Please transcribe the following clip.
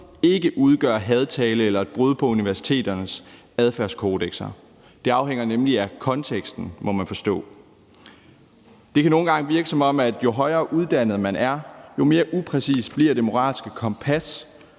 ikke udgør hadtale eller brud på universiteternes adfærdskodekser. Det afhænger nemlig af konteksten, må man forstå. Det kan nogle gange virke, som at jo højere uddannet man er, jo mere upræcist bliver det moralske kompas,